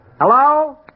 Hello